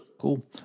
Cool